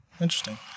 interesting